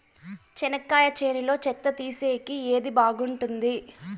చెనక్కాయ చేనులో చెత్త తీసేకి ఏది బాగుంటుంది?